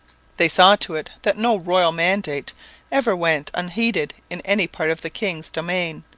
they saw to it that no royal mandate ever went unheeded in any part of the king's domain.